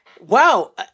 Wow